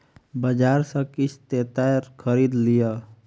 बजार सॅ किछ तेतैर खरीद लिअ